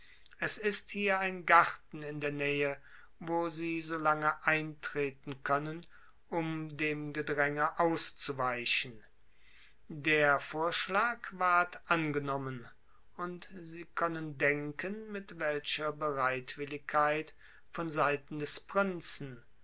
es ist hier ein garten in der nähe wo sie so lange eintreten können um dem gedränge auszuweichen der vorschlag ward angenommen und sie können denken mit welcher bereitwilligkeit von seiten des prinzen